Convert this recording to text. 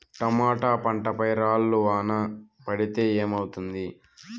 Tomato పంట పై రాళ్లు వాన పడితే ఏమవుతుంది?